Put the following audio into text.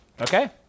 Okay